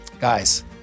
Guys